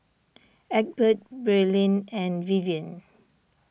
Egbert Braelyn and Vivian